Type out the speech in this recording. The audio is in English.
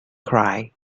cried